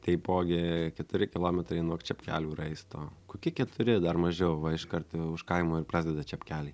teipogi keturi kilometrai nuog čepkelių raisto kokie keturi dar mažiau va iškart už kaimo ir prsadeda čepkeliai